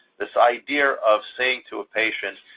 this idea of saying to a patient,